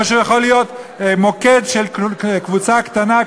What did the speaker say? או שהוא יכול להיות מוקד של קבוצה קטנה,